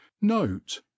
note